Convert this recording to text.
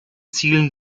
zielen